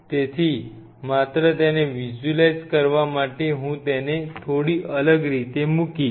તેથી માત્ર તેને વિઝ્યુલાઈઝ કરવા માટે હું તેને થોડી અલગ રીતે મૂકીશ